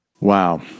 Wow